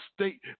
state